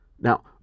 Now